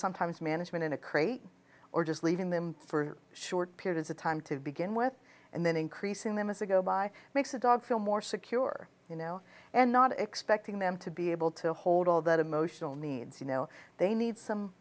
sometimes management in a crate or just leaving them for short periods of time to begin with and then increasing them as ago by makes the dog feel more secure you know and not expecting them to be able to hold all that emotional needs you know they need some